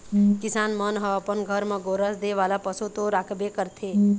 किसान मन ह अपन घर म गोरस दे वाला पशु तो राखबे करथे